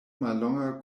mallonga